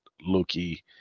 Loki